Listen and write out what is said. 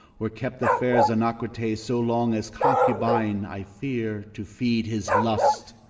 or kept the fair zenocrate so long, as concubine, i fear, to feed his lust.